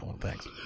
thanks